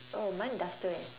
oh mine duster leh